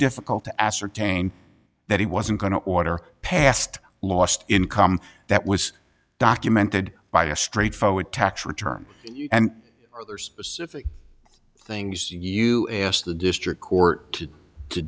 difficult to ascertain that he wasn't going to order past lost income that was documented by a straight forward tax return and there's things you asked the district court to